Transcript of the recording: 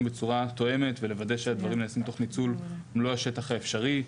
בצורה תואמת ולוודא שהדברים נעשים תוך ניצול מלוא השטח האפשרי,